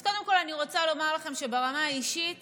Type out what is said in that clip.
אז קודם כול אני רוצה לומר לכם שברמה האישית